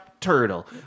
turtle